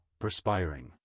perspiring